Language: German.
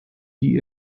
die